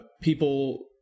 people